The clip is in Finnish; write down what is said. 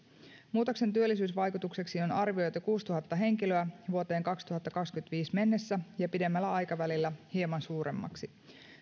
muutoksen työllisyysvaikutukseksi on arvioitu kuusituhatta henkilöä vuoteen kaksituhattakaksikymmentäviisi mennessä ja pidemmällä aikavälillä hieman suuremmaksi